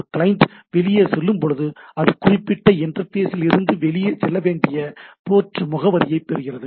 ஒரு கிளையன்ட் வெளியே செல்லும் போது அந்த குறிப்பிட்ட இன்டர்ஃபேஸில் இருந்து வெளியே செல்ல வேண்டிய போர்ட் முகவரியைப் பெறுகிறது